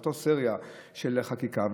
זו אותה סריה של חקיקה.